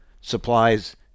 supplies